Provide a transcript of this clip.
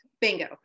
Bingo